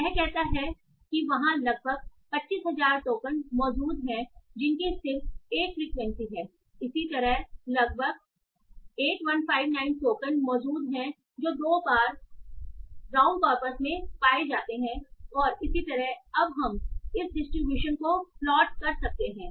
यह कहता है कि वहाँ लगभग 25000 टोकन मौजूद हैं जिनकी सिर्फ 1 फ्रीक्वेंसी है इसी तरह लगभग 8159 टोकन मौजूद हैं जो दो बार कॉर ब्राउन कॉरपस में पाए जाते हैं और इसी तरह अब हम इस डिस्ट्रीब्यूशन को प्लॉट कर सकते हैं